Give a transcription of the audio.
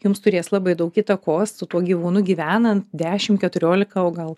jums turės labai daug įtakos su tuo gyvūnu gyvenant dešim keturiolika o gal